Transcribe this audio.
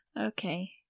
Okay